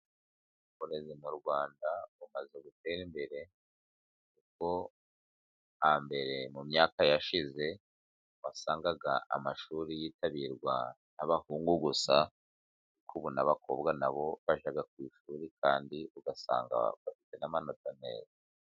Uburezi mu Rwanda bumaze gutera imbere, kuko hambere mu myaka yashize wasangaga amashuri yitabirwa n'abahungu gusa, ariko ubu n'abakobwa na bo bajya ku ishuri kandi ugasanga bafite n'amanota meza.